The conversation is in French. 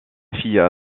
fille